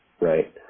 right